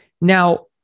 Now